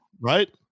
Right